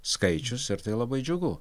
skaičius ir tai labai džiugu